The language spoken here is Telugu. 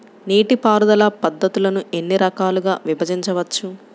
నీటిపారుదల పద్ధతులను ఎన్ని రకాలుగా విభజించవచ్చు?